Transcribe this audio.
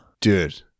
Dude